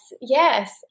yes